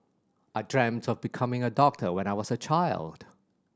I dreamt of becoming a doctor when I was a child